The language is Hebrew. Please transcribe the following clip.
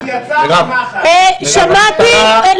די,